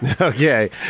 Okay